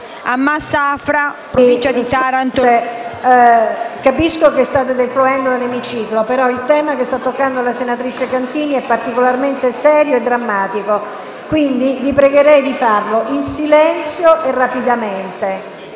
una nuova finestra"). Colleghi, capisco che state defluendo dall'emiciclo, ma il tema che sta toccando la senatrice Cantini è particolarmente serio e drammatico, quindi vi pregherei di farlo in silenzio e rapidamente